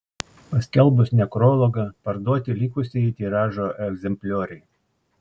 paskelbus nekrologą parduoti likusieji tiražo egzemplioriai